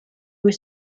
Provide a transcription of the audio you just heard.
was